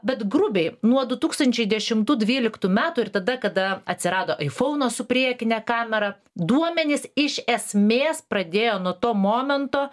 bet grubiai nuo du tūkstančiai dešimtų dvyliktų metų ir tada kada atsirado aifounas su priekine kamera duomenys iš esmės pradėjo nuo to momento